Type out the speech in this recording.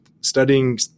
studying